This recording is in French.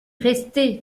restez